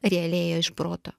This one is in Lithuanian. realiai ėjo iš proto